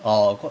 orh